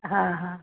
ହଁ ହଁ